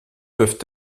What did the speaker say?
peuvent